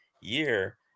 year